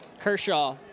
Kershaw